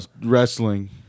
wrestling